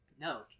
no